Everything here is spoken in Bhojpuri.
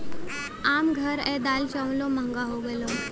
आम घर ए दालो चावल महंगा हो गएल हौ